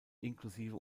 inklusive